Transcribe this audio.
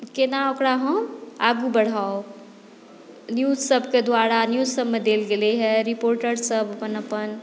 केना ओकरा हम आगू बढ़ाउ न्यूजसभके द्वारा न्यूजसभमे देल गेलैए रिपोर्टरसभ अपन अपन